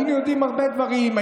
היינו יודעים הרבה דברים,